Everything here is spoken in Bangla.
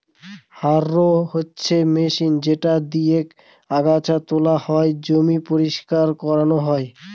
হাররো হচ্ছে মেশিন যেটা দিয়েক আগাছা তোলা হয়, জমি পরিষ্কার করানো হয়